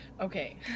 Okay